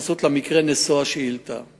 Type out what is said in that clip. מקרה נוסף של אלימות בקרב גילאים צעירים מאוד.